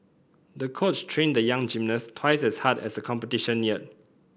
the coach trained the young gymnast twice as hard as the competition neared